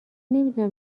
نمیدونم